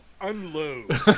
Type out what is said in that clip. Unload